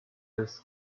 ist